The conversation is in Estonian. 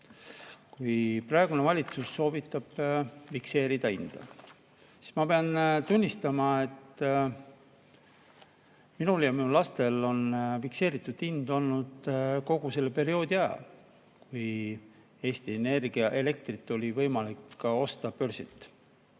Kui praegune valitsus soovitab fikseerida hinda, siis ma pean tunnistama, et minul ja minu lastel on fikseeritud hind olnud kogu perioodil, kui Eesti Energia elektrit on olnud võimalik osta börsilt.